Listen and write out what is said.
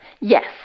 Yes